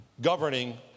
governing